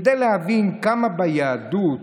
כדי להבין כמה ביהדות